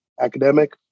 academic